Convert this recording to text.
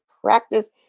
practice